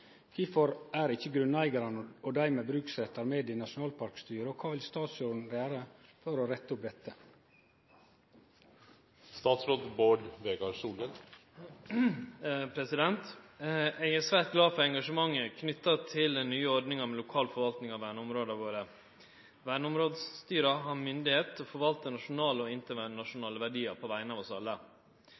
Kvifor er ikkje grunneigarane og dei med bruksrettar med i nasjonalparkstyret, og kva vil statsråden gjere for å rette opp dette?» Eg er svært glad for engasjementet knytt til den nye ordninga med lokal forvaltning av verneområda våre. Verneområdestyra har mynde til å forvalte nasjonale og internasjonale verdiar på vegner av oss alle.